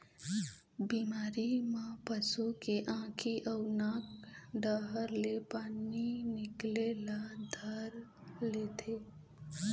बिमारी म पशु के आँखी अउ नाक डहर ले पानी निकले ल धर लेथे